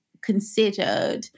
considered